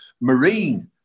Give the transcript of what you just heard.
Marine